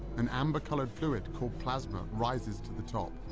an amber colored fluid called plasma, rises to the top.